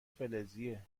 فلزیه